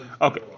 Okay